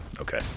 Okay